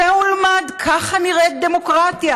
צא ולמד: ככה נראית דמוקרטיה.